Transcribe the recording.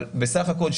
אבל בסך הכול,